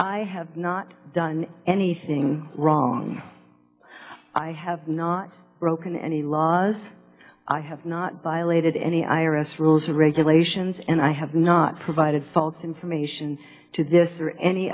i have not done anything wrong i have not broken any laws i have not violated any i r s rules or regulations and i have not provided false information to this or any